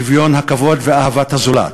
השוויון, הכבוד ואהבת הזולת,